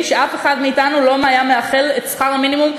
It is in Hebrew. שאף אחד מאתנו לא היה מאחל שכר מינימום,